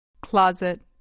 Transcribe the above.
Closet